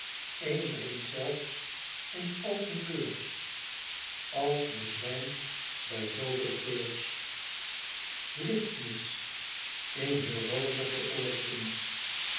een dringt zelfs in t open keurs als bezwijmd bij zoo veel geurs lichtmis in heur rozige